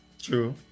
True